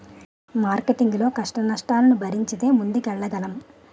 marketing లో కష్టనష్టాలను భరించితే ముందుకెళ్లగలం